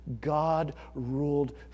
God-ruled